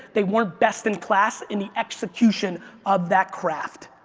they weren't best in class in the execution of that craft.